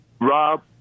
Rob